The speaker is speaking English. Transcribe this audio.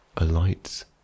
alights